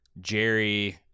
jerry